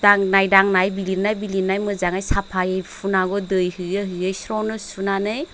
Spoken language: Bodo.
दांनाय दांनाय बिलिरनाय बिलिरनाय मोजाङै साफायै फुनांगौ दै होयै होयै स्रनो सुनानै